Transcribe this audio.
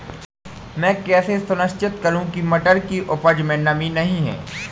मैं कैसे सुनिश्चित करूँ की मटर की उपज में नमी नहीं है?